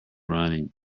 running